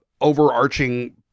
overarching